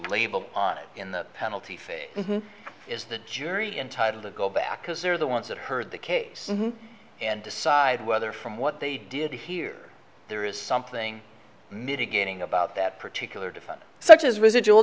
label on it in the penalty phase is the jury entitled to go back because they're the ones that heard the case and decide whether from what they did here there is something mitigating about that particular defendant such as residual